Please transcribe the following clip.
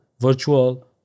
virtual